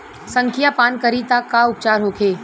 संखिया पान करी त का उपचार होखे?